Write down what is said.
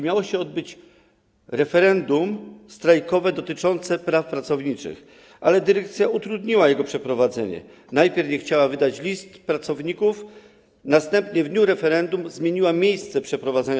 Miało się tam odbyć referendum strajkowe dotyczące praw pracowniczych, ale dyrekcja utrudniła jego przeprowadzenie: najpierw nie chciała wydać list pracowników, następnie w dniu referendum zmieniła miejsce jego przeprowadzania.